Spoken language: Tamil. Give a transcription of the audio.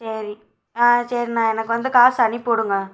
சரி ஆம் சரிண்ணா எனக்கு வந்து காசு அனுப்பிவிடுங்க